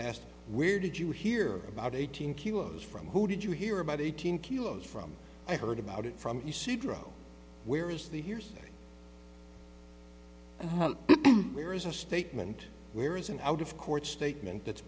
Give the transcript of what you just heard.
asked where did you hear about eighteen kilos from who did you hear about eighteen kilos from i heard about it from you see drug where is the hears and how there is a statement there is an out of court statement that's